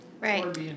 right